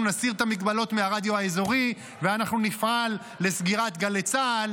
נסיר את המגבלות מהרדיו האזורי ואנחנו נפעל לסגירת גלי צה"ל